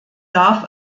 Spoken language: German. darf